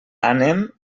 anem